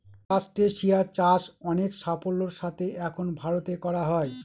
ট্রাস্টেসিয়া চাষ অনেক সাফল্যের সাথে এখন ভারতে করা হয়